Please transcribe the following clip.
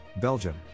Belgium